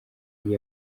yari